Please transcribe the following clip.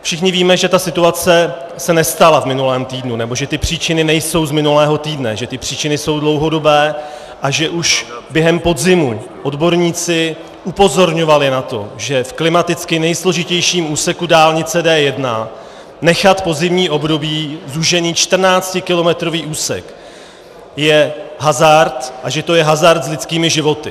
Všichni víme, že ta situace se nestala v minulém týdnu, nebo že ty příčiny nejsou z minulého týdne, že ty příčiny jsou dlouhodobé a že už během podzimu odborníci upozorňovali na to, že v klimaticky nejsložitějším úseku dálnice D1 nechat po zimní období zúžený čtrnáctikilometrový úsek je hazard a že to je hazard s lidskými životy.